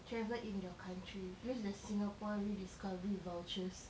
travel in the country use the singapore rediscovery vouchers